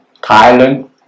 Thailand